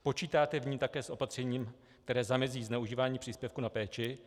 Počítáte v ní také s opatřením, které zamezí zneužívání příspěvku na péči?